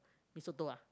mee soto ah